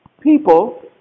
people